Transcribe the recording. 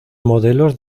modelos